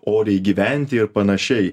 oriai gyventi ir panašiai